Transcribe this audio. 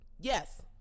yes